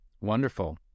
Wonderful